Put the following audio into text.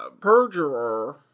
Perjurer